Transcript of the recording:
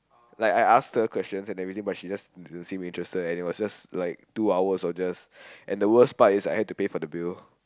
like I asked her questions and everything but she just didn't seem interested and it was just like two hours of just and the worst part is I had to pay for the bill